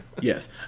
Yes